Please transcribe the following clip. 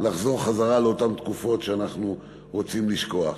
נחזור לאותן תקופות שאנחנו רוצים לשכוח.